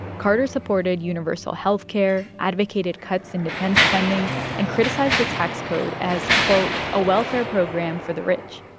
carter supported universal health care, advocated cuts in defense spending and criticized the tax code as, quote, a welfare program for the rich.